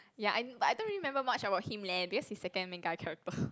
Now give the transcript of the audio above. ya I but I don't really remember much about him leh because he second main guy character